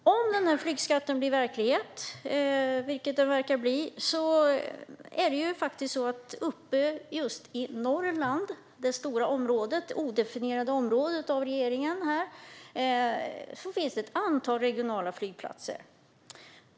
Säg att flygskatten blir verklighet, vilket den verkar bli. Det är ju så att uppe i "Norrland" - detta stora, av regeringen odefinierade område - finns det ett antal regionala flygplatser.